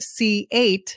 C8